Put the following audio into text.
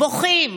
בוכים.